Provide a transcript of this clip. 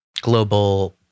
global